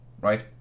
right